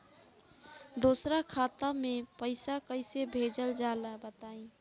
दोसरा खाता में पईसा कइसे भेजल जाला बताई?